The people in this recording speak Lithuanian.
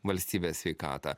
valstybės sveikatą